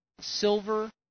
silver